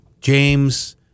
James